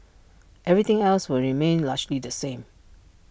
everything else will remain largely the same